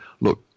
look